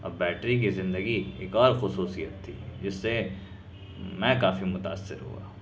اب بیٹری کی زندگی ایک اور خصوصیت تھی جس سے میں کافی متاثر ہوا